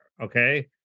Okay